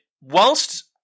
Whilst